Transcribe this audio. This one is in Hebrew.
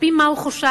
על-פי מה הוא חושב,